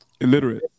illiterate